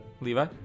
Levi